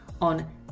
on